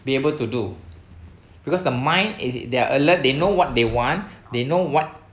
be able to do because the mind is they are alert they know what they want they know what